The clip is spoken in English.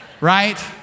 Right